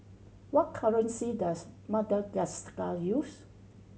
what currency does Madagascar use